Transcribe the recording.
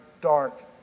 dark